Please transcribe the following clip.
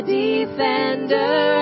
defender